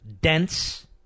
dense